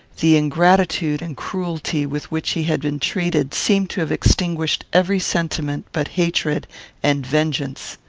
the ingratitude and cruelty with which he had been treated seemed to have extinguished every sentiment but hatred and vengeance.